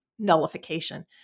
nullification